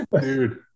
dude